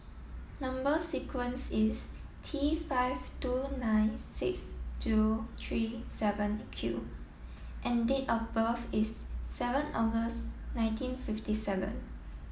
number sequence is T five two nine six two three seven Q and date of birth is seven August nineteen fifty seven